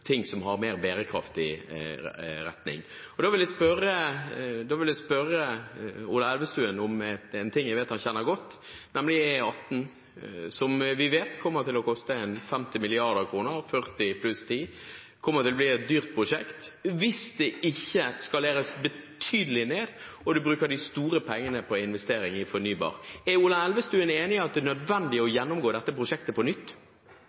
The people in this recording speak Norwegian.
ting som har mer bærekraftig retning. Da vil jeg spørre Ola Elvestuen om noe jeg vet han kjenner godt til, nemlig E18, som vi vet kommer til å koste 50 mrd. kr – 40+10. Det kommer til å bli et dyrt prosjekt, hvis det ikke skaleres betydelig ned og man bruker de store pengene på investeringer i fornybar energi. Er Ola Elvestuen enig i at det er nødvendig å gjennomgå dette prosjektet på nytt?